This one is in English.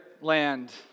land